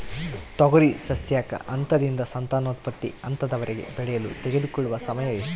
ತೊಗರಿ ಸಸ್ಯಕ ಹಂತದಿಂದ ಸಂತಾನೋತ್ಪತ್ತಿ ಹಂತದವರೆಗೆ ಬೆಳೆಯಲು ತೆಗೆದುಕೊಳ್ಳುವ ಸಮಯ ಎಷ್ಟು?